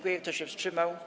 Kto się wstrzymał?